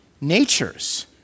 natures